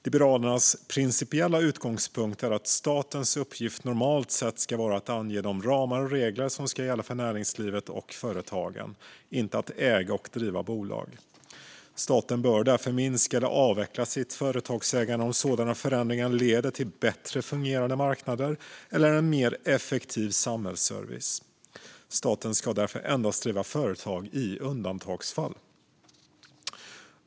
Liberalernas principiella utgångspunkt är att statens uppgift normalt sett ska vara att ange de ramar och regler som ska gälla för näringslivet och företagen - inte att äga och driva bolag. Staten bör därför minska eller avveckla sitt företagsägande om sådana förändringar leder till bättre fungerande marknader eller en mer effektiv samhällsservice. Staten ska därför endast i undantagsfall driva företag.